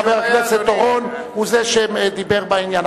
חבר הכנסת אורון הוא זה שדיבר בעניין,